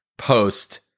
Post